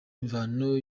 imvano